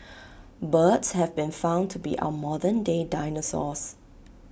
birds have been found to be our modern day dinosaurs